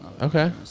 Okay